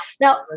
now